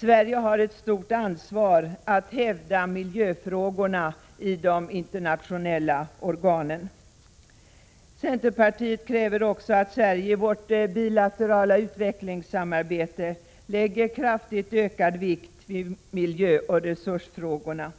Sverige har ett stort ansvar att hävda miljöfrågorna i de internationella organen. Centerpartiet kräver också att Sverige i sitt bilaterala utvecklingssamarbete lägger kraftigt ökad vikt vid miljöoch resursfrågorna.